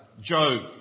Job